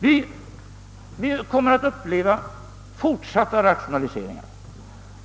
Vi kommer att uppleva fortsatta rationaliseringar.